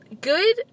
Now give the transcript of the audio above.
good